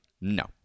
No